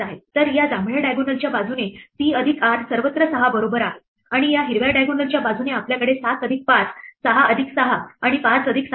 तर या जांभळ्या diagonal च्या बाजूने c अधिक r सर्वत्र 6 बरोबर आहे आणि या हिरव्या diagonal च्या बाजूने आपल्याकडे 7 अधिक 5 6 अधिक 6 आणि 5 अधिक 7 आहे